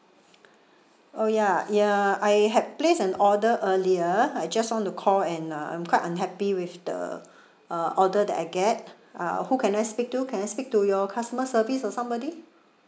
oh ya ya I had place an order earlier I just want to call and uh I'm quite unhappy with the uh order that I get uh who can I speak to can speak to your customer service or somebody